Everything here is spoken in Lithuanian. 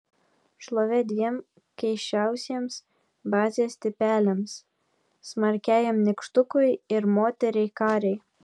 šlovė dviem keisčiausiems bazės tipeliams smarkiajam nykštukui ir moteriai karei